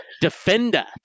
defender